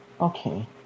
Okay